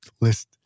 list